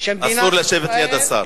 שמדינת ישראל, אסור לשבת ליד השר.